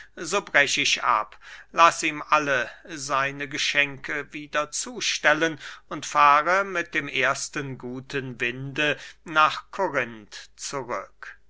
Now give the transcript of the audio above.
so brech ich ab lass ihm alle seine geschenke wieder zustellen und fahre mit dem ersten guten winde nach korinth zurück